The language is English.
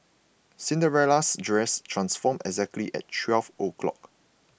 Cinderella's dress transformed exactly at twelve o'clock